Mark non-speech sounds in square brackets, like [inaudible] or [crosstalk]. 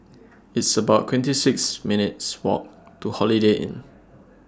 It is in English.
It's about twenty six minutes' Walk [noise] to Holiday Inn